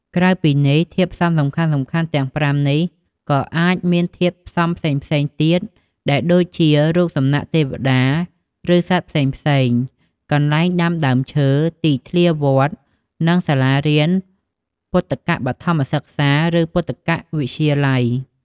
ក្រៅពីនេះ ធាតុផ្សំសំខាន់ៗទាំង៥នេះក៏អាចមានធាតុផ្សំផ្សេងៗទៀតដែលដូចជា រូបសំណាកទេវតា ឬសត្វផ្សេងៗ កន្លែងដាំដើមឈើ ទីធ្លាវត្ត និងសាលារៀនពុទ្ធិកបឋមសិក្សា ឬពុទ្ធិកវិទ្យាល័យ។